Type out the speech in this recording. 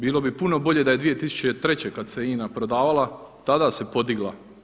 Bilo bi puno bolje da je 2003. kad se INA prodavala, tada se podigla.